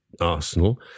arsenal